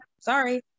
Sorry